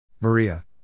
Maria